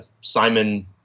Simon